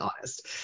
honest